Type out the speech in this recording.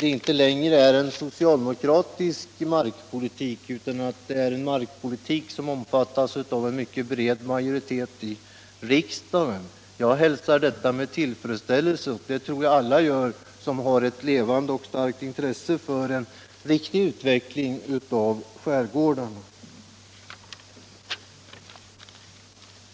inte längre handlar om en socialdemokratisk markpolitik utan om en markpolitik som omfattas av en mycket bred majoritet i riksdagen. Jag hälsar detta med tillfredsställelse, och det tror jag alla gör som har ett levande och starkt intresse för en riktig utveckling av skärgården.